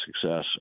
success